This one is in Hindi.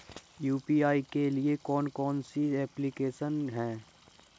यू.पी.आई के लिए कौन कौन सी एप्लिकेशन हैं?